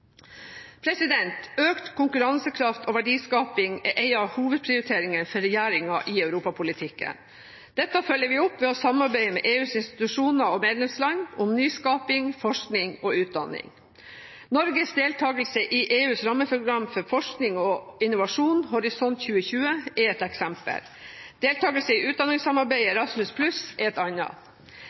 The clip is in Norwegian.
Økt konkurransekraft og verdiskaping er en av hovedprioriteringene for regjeringen i europapolitikken. Dette følger vi opp ved å samarbeide med EUs institusjoner og medlemsland om nyskaping, forskning og utdanning. Norges deltagelse i EUs rammeprogram for forskning og innovasjon, Horisont 2020, er ett eksempel. Deltagelse i utdanningssamarbeidet Erasmus+ er et annet.